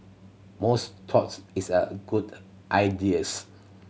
most thoughts is a good ideas